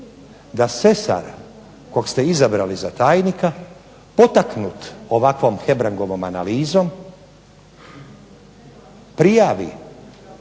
da Sesar kojeg ste izabrali za tajnika potaknut ovakvom Hebrangovom analizom prijavi